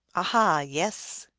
aha, yes?